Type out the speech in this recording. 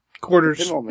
quarters